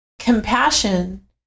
compassion